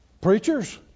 preachers